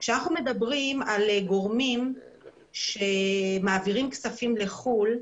כשאנחנו מדברים על גורמים שמעבירים כספים לחוץ לארץ